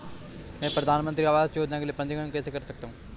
मैं प्रधानमंत्री आवास योजना के लिए पंजीकरण कैसे कर सकता हूं?